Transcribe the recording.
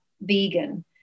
vegan